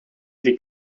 die